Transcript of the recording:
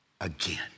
again